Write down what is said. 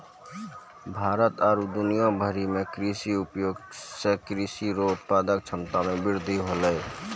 भारत आरु दुनिया भरि मे कृषि उद्योग से कृषि रो उत्पादन क्षमता मे वृद्धि होलै